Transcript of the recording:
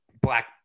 black